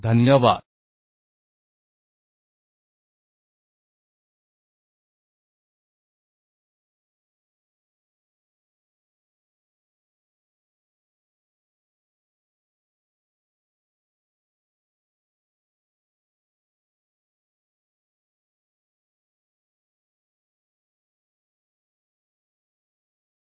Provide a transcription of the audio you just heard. धन्यवाद